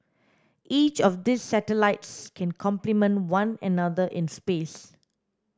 each of these satellites can complement one another in space